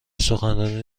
سخنرانی